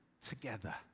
together